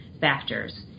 factors